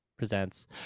presents